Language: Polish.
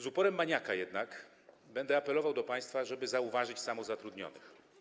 Z uporem maniaka jednak będę apelował do państwa, żeby zauważyć samozatrudnionych.